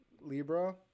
Libra